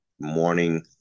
morning